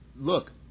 look